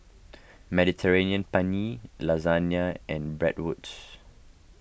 Mediterranean Penne Lasagna and Bratwurst